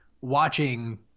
watching